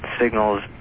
signals